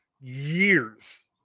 years